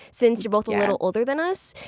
since you're both a little older than us.